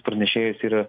pranešėjais yra